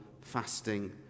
fasting